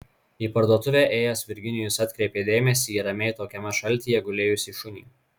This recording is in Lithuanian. į parduotuvę ėjęs virginijus atkreipė dėmesį į ramiai tokiame šaltyje gulėjusį šunį